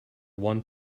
one